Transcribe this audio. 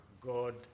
God